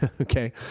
Okay